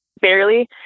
barely